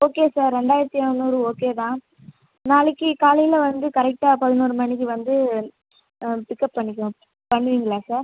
okay sir ரெண்டாயிரத்தி ஐநூறு okay தான் நாளைக்கு காலையில் வந்து கரக்ட்டாக பதினோரு மணிக்கு வந்து பிக்கப் பண்ணிக்கோ பண்ணுவிங்களா சார்